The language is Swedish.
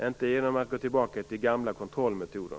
Inte genom att gå tillbaka till den gamla kontrollmetoden.